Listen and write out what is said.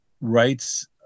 rights